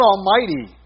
Almighty